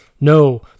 No